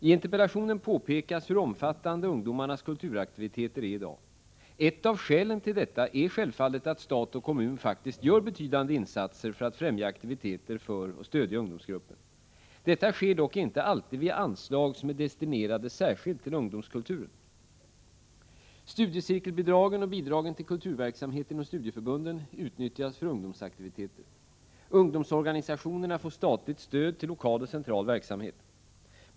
I interpellationen påpekas hur omfattande ungdomarnas kulturaktiviteter är i dag. Ett av skälen till detta är självfallet att stat och kommun faktiskt gör betydande insatser för att främja aktiviteter för och stödja ungdomsgruppen. Detta sker dock inte alltid via anslag som är destinerade särskilt till ungdomskulturen. Studiecirkelbidragen och bidragen till kulturverksamhet inom studieförbunden utnyttjas för ungdomsaktiviteter. Ungdomsorganisationerna får statligt stöd till lokal och central verksamhet.